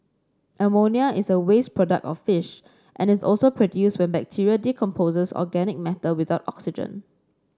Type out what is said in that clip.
ammonia is a waste product of fish and is also produced when bacteria decomposes organic matter without oxygen